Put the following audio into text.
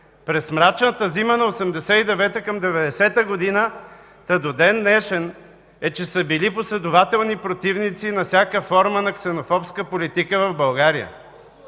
през мрачната зима на 1989-а към 1990 година, та до ден днешен, е, че са били последователни противници на всяка форма на ксенофобска политика в България.